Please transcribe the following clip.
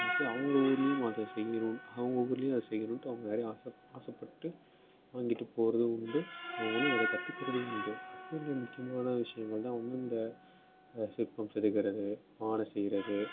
பார்த்து அவங்க ஊர்லேயும் அதை செய்யணும் அவங்க ஊர்லேயும் அதை செய்யணுன்ட்டு அவங்க நிறையா ஆசைப் ஆசைப்பட்டு வாங்கிட்டு போவதும் உண்டு அவங்களும் அதை கற்றுக்குறதும் உண்டு அதில் முக்கியமான விஷயங்கள்தான் ஒன்று அந்த சிற்பம் செதுக்கிறது பானை செய்வது